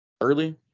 early